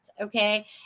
okay